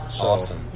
awesome